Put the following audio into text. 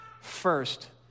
first